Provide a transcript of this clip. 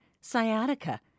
sciatica